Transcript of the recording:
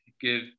give